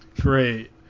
great